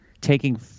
taking